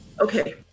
Okay